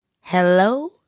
Hello